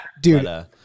dude